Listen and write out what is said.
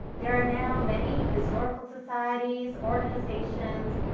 there are now many historical societies, organizations,